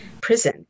prison